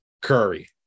Curry